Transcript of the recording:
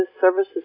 services